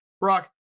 brock